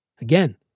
Again